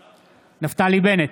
בעד נפתלי בנט,